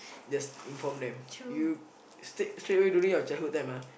just inform them you straight straight away during your childhood time ah